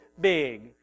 big